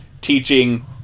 teaching